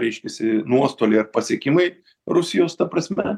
reiškiasi nuostoliai ar pasiekimai rusijos ta prasme